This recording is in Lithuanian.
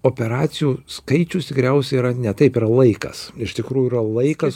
operacijų skaičius tikriausiai yra ne taip yra laikas iš tikrųjų yra laikas